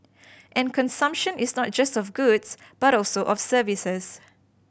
and consumption is not just of goods but also of services